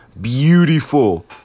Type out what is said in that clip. beautiful